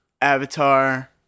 Avatar